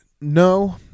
No